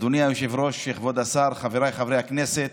אדוני היושב-ראש, כבוד השר, חבריי חברי הכנסת,